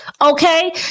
okay